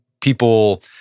people